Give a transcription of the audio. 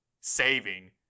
saving